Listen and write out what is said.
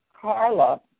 Carla